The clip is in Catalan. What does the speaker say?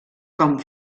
com